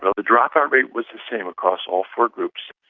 ah the dropout rate was the same across all four groups.